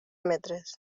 metres